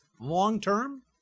long-term